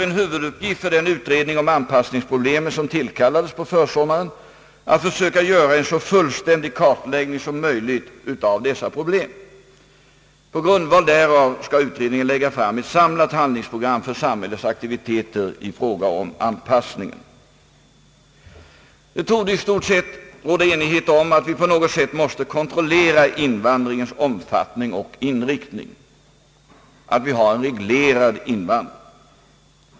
En huvuduppgift för den utredning om anpassningsproblemen som tillkallades på försommaren blir därför att försöka göra en så fullständig kartläggning som möjligt av dessa problem. På grundval därav skall utredningen lägga fram ett samlat handlingsprogram för samhällets aktiviteter i fråga om anpassningen. Det torde i stort sett råda enighet om att vi på något sätt måste kontrollera invandringens omfattning och inriktning. Vi måste ha en reglerad invandring.